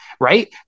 right